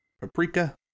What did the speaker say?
paprika